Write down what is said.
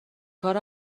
کار